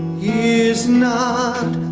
is not